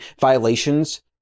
violations